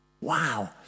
Wow